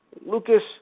Lucas